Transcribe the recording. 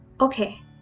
Okay